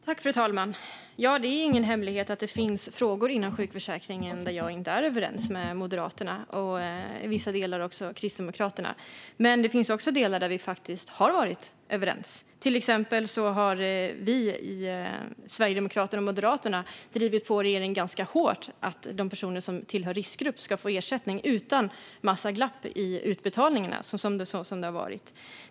Fru talman! Det är ingen hemlighet att det finns frågor inom sjukförsäkringen där jag inte är överens med Moderaterna och i vissa delar inte heller med Kristdemokraterna. Men det finns också delar där vi faktiskt har varit överens. Till exempel har vi i Sverigedemokraterna och Moderaterna drivit på regeringen ganska hårt för att personer som tillhör en riskgrupp ska få ersättning utan en massa glapp i utbetalningarna, som det har varit.